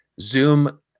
Zoom